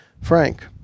Frank